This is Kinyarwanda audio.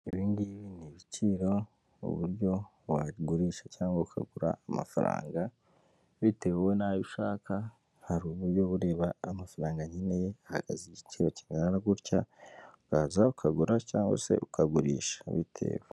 Ibi ngibi ni ibiciro, uburyo wagurisha cyangwa ukagura amafaranga bitewe n'ayo ushaka, hari uburyo uba ureba amafaranga nkeneye ahagaze igiciro kingana gutya, ukaza ukagura cyangwa se ukagurisha bitewe.